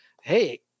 hey